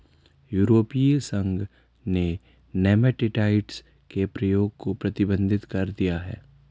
यूरोपीय संघ ने नेमेटीसाइड के प्रयोग को प्रतिबंधित कर दिया है